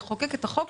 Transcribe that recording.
לחוקק את החוק,